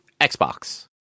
Xbox